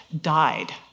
died